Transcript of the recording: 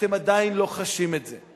אתם עדיין לא חשים את זה.